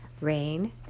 rain